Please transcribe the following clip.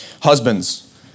Husbands